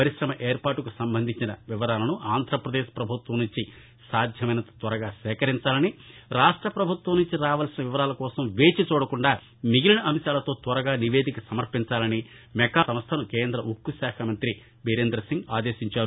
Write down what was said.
పరిశమ ఏర్పాటుకు సంబంధించిన వివరాలను ఆంధ్రపదేశ్ ప్రభుత్వం నుంచి సాధ్యమైనంత త్వరగా సేకరించాలని రాష్ట ప్రభుత్వం నుంచి రావల్సిన వివరాల కోసం వేచిచూడకుండా మిగిలిన అంశాలతో త్వరగా నివేదిక సమర్పించాలని మెకాన్ సంస్థను కేంద్ర ఉక్కుకాఖ మంత్రి బీరేందసింగ్ ఆదేశించారు